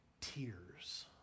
tears